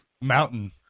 mountain